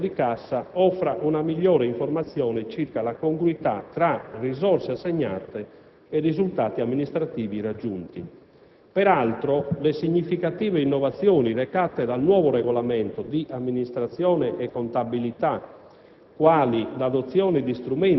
che, affiancato da un documento di cassa, offra una migliore informazione circa la congruità tra risorse assegnate e risultati amministrativi raggiunti. Peraltro, il nuovo Regolamento di amministrazione e contabilità